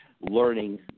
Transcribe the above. learning